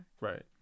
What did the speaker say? Right